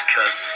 Cause